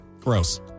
Gross